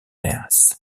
mass